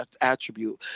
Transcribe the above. attribute